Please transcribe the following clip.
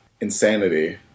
insanity